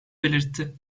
belirtti